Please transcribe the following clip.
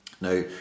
now